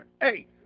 Hey